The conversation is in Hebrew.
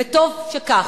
וטוב שכך,